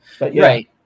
Right